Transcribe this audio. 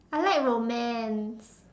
I like romance